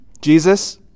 Jesus